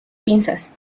pinzas